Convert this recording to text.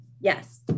yes